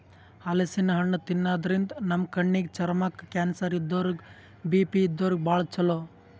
ಹಲಸಿನ್ ಹಣ್ಣ್ ತಿನ್ನಾದ್ರಿನ್ದ ನಮ್ ಕಣ್ಣಿಗ್, ಚರ್ಮಕ್ಕ್, ಕ್ಯಾನ್ಸರ್ ಇದ್ದೋರಿಗ್ ಬಿ.ಪಿ ಇದ್ದೋರಿಗ್ ಭಾಳ್ ಛಲೋ